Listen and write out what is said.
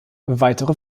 weitere